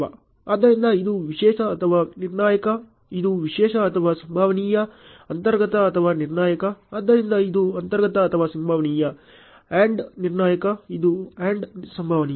ಆದ್ದರಿಂದ ಇದು ವಿಶೇಷ ಅಥವಾ ನಿರ್ಣಾಯಕ ಇದು ವಿಶೇಷ ಅಥವಾ ಸಂಭವನೀಯ ಅಂತರ್ಗತ ಅಥವಾ ನಿರ್ಣಾಯಕ ಆದ್ದರಿಂದ ಇದು ಅಂತರ್ಗತ ಅಥವಾ ಸಂಭವನೀಯ AND ನಿರ್ಣಾಯಕಇದು AND ಸಂಭವನೀಯ